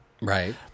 Right